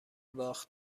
باخت